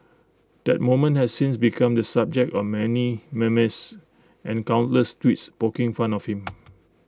that moment has since become the subject of many memes and countless tweets poking fun of him